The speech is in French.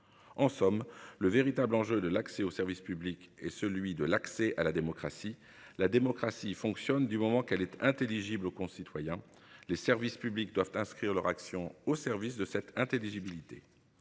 En somme, le véritable enjeu de l'accès au service public et celui de l'accès à la démocratie, la démocratie fonctionne. Du moment qu'elle est intelligible aux concitoyens les services publics doivent inscrire leur action au service de cette intelligibilité